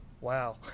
Wow